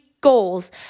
goals